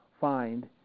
find